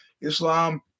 Islam